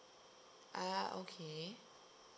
ah okay